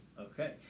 Okay